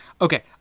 Okay